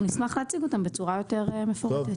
אנחנו נשמח להציג אותם בצורה יותר מפורטת.